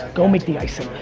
go make the icing.